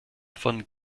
von